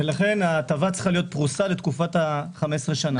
לכן ההטבה צריכה להיות פרוסה לתקופה של 15 שנים.